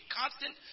constant